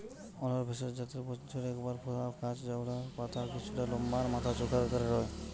অড়হর ভেষজ জাতের বছরে একবার ফলা গাছ জউটার পাতা কিছুটা লম্বা আর মাথা চোখা আকারের হয়